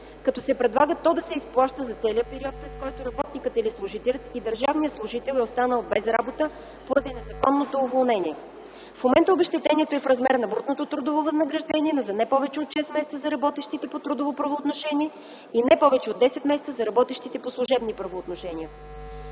като се предлага то да се изплаща за целия период, през който работникът или служителят и държавният служител е останал без работа поради незаконното уволнение. В момента обезщетението е в размер на брутното трудово възнаграждение, но за не повече от 6 месеца за работещите по трудови правоотношения и не повече от 10 месеца за работещите по служебни правоотношения.